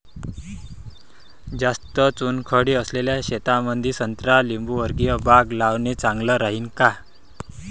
जास्त चुनखडी असलेल्या शेतामंदी संत्रा लिंबूवर्गीय बाग लावणे चांगलं राहिन का?